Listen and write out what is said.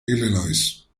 illinois